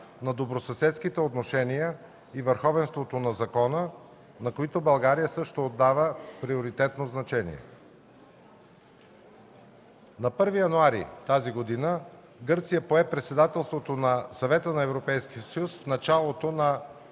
на добросъседските отношения и върховенството на закона, на които България също отдава приоритетно значение. На 1 януари тази година Гърция пое председателството на Съвета на Европейския съюз в началото на